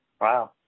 Wow